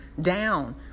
down